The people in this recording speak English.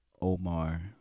Omar